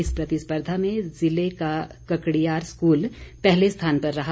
इस प्रतिस्पर्धा में जिले का ककड़ियार स्कूल पहले स्थान पर रहा